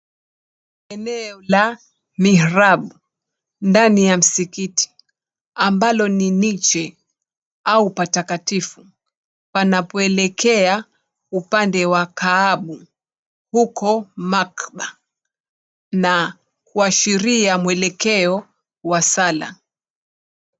Eneo la mihrab ndani ya msikiti ambalo ni niche au patakatifu panapoelekea upande wa kaabu huko makba na kuashiria mwelekeo wa sala.